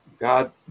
God